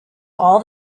all